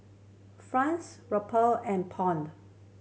Franc Rupiah and Pound